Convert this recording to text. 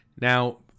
Now